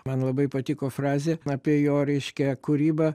man labai patiko frazė apie jo reiškia kūrybą